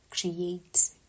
create